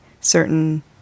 certain